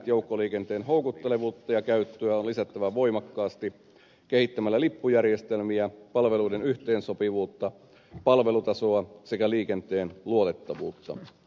joukkoliikenteen houkuttelevuutta ja käyttöä on lisättävä voimakkaasti kehittämällä lippujärjestelmiä palveluiden yhteensopivuutta ja palvelutasoa sekä liikenteen luotettavuutta